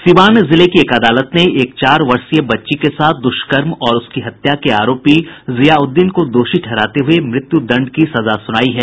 सीवान जिले की एक अदालत ने एक चार वर्षीय बच्ची के साथ दुष्कर्म और उसकी हत्या के आरोपी जियाउद्दीन को दोषी ठहराते हुए मृत्यु दंड की सजा सुनायी है